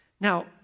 Now